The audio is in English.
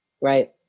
right